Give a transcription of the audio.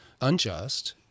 unjust